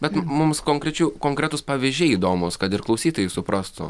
bet mums konkrečių konkretūs pavyzdžiai įdomūs kad ir klausytojai suprastų